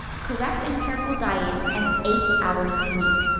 correct and careful diet and eight hours' sleep.